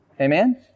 Amen